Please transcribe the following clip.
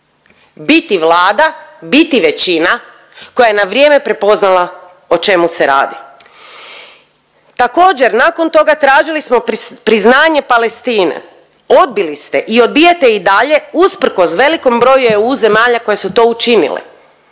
biti vlada, biti većina koja je na vrijeme prepoznala o čemu se radi. Također nakon toga tražili smo priznanje Palestine. Odbili ste i obijate i dalje usprkos velikom broju EU zemalja koje su to učinile.